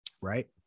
Right